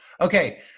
Okay